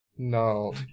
No